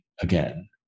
again